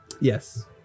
Yes